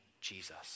Jesus